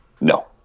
No